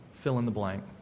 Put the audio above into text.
fill-in-the-blank